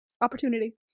Opportunity